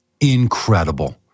Incredible